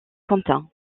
quentin